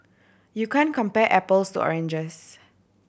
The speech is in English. you can compare apples to oranges